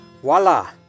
Voila